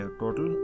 total